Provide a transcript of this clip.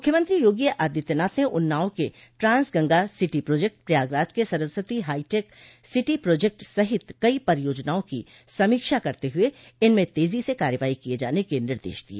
मुख्यमंत्री योगी आदित्यनाथ ने उन्नाव के trans Ganga city project Prayagraj के सरस्वती हाईटेक सिटी प्रोजेक्ट सहित कई परियोजनाओं की समीक्षा करते हुए इनमें तेजी से कार्यवाही किए जाने के निर्देश दिए